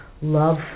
love